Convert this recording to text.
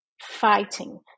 fighting